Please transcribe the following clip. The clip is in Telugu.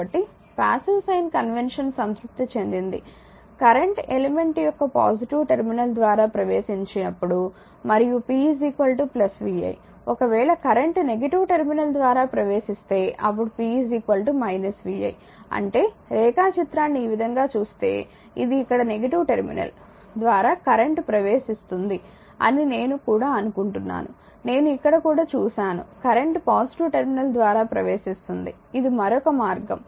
కాబట్టి ప్యాసివ్ సైన్ కన్వెక్షన్ సంతృప్తి చెందింది కరెంట్ ఎలిమెంట్ యొక్క పాజిటివ్ టెర్మినల్ ద్వారా ప్రవేశించినప్పుడు మరియు p vi ఒకవేళ కరెంట్ నెగిటివ్ టెర్మినల్ ద్వారా ప్రవేశిస్తే అప్పుడు p vi అంటే రేఖాచిత్రాన్ని ఈ విధంగా చూస్తే ఇది ఇక్కడ నెగిటివ్ టెర్మినల్ ద్వారా కరెంట్ ప్రవేశిస్తుంది అని నేను కూడా అనుకుంటున్నాను నేను ఇక్కడ కూడా చూసాను కరెంట్ పాజిటివ్ టెర్మినల్ ద్వారా ప్రవేశిస్తుంది ఇది మరొక మార్గం